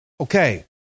Okay